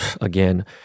again